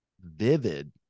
vivid